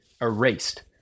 erased